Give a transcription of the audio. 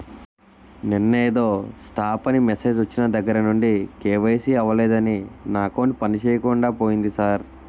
నిన్నేదో స్టాప్ అని మెసేజ్ ఒచ్చిన దగ్గరనుండి కే.వై.సి అవలేదని నా అకౌంట్ పనిచేయకుండా పోయింది సార్